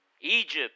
Egypt